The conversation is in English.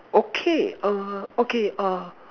okay err okay err